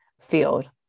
field